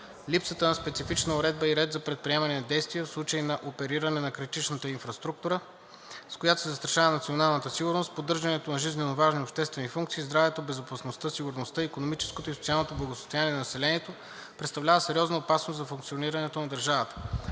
Липсата на специфична уредба и ред за предприемане на действия, в случай на опериране на критична инфраструктура, с която се застрашава националната сигурност, поддържането на жизненоважни обществени функции, здравето, безопасността, сигурността икономическото или социалното благосъстояние на населението, представлява сериозна опасност за функционирането на държавата.